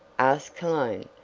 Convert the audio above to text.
asked cologne.